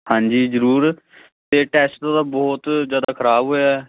ਹਾਂਜੀ ਜ਼ਰੂਰ ਅਤੇ ਟੈਸਟ ਤਾਂ ਉਹਦਾ ਬਹੁਤ ਜ਼ਿਆਦਾ ਖ਼ਰਾਬ ਹੋਇਆ